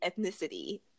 ethnicity